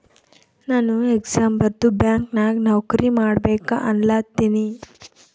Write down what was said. ನಾನು ಎಕ್ಸಾಮ್ ಬರ್ದು ಬ್ಯಾಂಕ್ ನಾಗ್ ನೌಕರಿ ಮಾಡ್ಬೇಕ ಅನ್ಲತಿನ